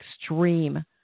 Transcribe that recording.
extreme